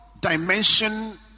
dimension